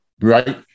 right